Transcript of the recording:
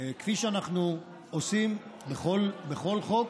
כפי שאנחנו עושים בכל חוק,